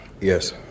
Yes